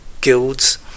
guilds